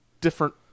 different